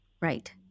Right